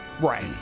Right